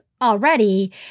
already